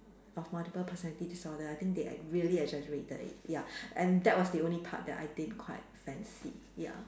of multiple personality disorder I think they really exaggerated it ya and that was the only part that I didn't quite fancy ya